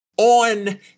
on